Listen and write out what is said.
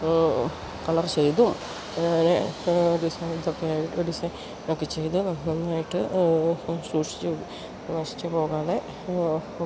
colour ചെയ്തും അങ്ങനെ designs ഒക്കെ ഡിസൈൻ ഒക്കെ ചെയ്തു നന്നായിട്ട് സൂക്ഷിച്ച് നശിച്ചു പോകാതെ